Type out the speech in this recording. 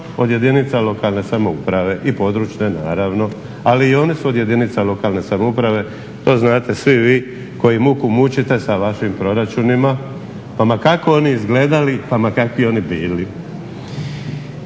od jedinica lokalne samouprave i područne naravno. Ali i one su od jedinica lokalne samouprave. To znate svi vi koji muku mučite sa vašim proračunima, pa ma kako oni izgledali, pa ma kakvi oni bili.